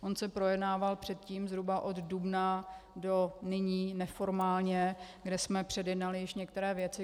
On se projednával předtím zhruba od dubna do nyní neformálně, kdy jsme předjednali již některé věci.